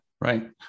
Right